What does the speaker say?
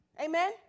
amen